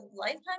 lifetime